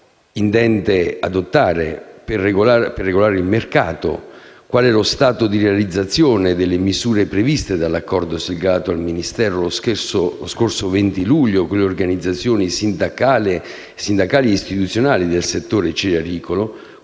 intende adottare per regolare il mercato? Qual è lo stato di realizzazione delle misure previste dall'accordo siglato al Ministero lo scorso 20 luglio con le organizzazioni sindacali e istituzionali del settore cerealicolo?